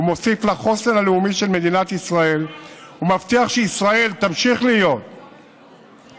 מוסיף לחוסן הלאומי של מדינת ישראל ומבטיח שישראל תמשיך להיות ותהיה